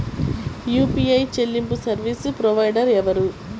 UPI చెల్లింపు service provider ఎవరు?